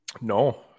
No